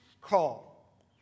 call